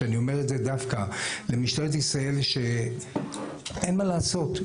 שאני אומר את זה דווקא למשטרת ישראל שאין מה לעשות,